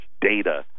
data